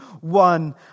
one